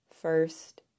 first